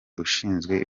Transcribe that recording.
ushinzwe